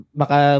maka